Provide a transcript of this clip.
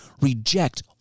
reject